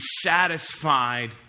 satisfied